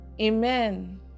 amen